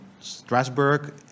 Strasbourg